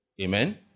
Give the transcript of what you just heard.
Amen